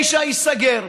9 ייסגר,